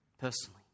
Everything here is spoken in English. personally